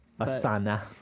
Asana